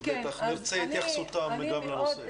נרצה את התייחסותם גם לנושא.